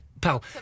Pal